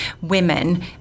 women